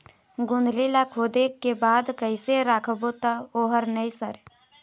गोंदली ला खोदे के बाद कइसे राखबो त ओहर नई सरे?